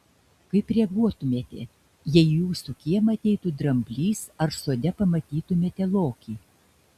kaip reaguotumėte jei į jūsų kiemą ateitų dramblys ar sode pamatytumėte lokį